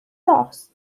ros